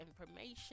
information